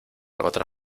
otra